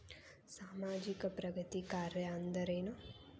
ಸಾಮಾಜಿಕ ಪ್ರಗತಿ ಕಾರ್ಯಾ ಅಂದ್ರೇನು?